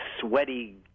sweaty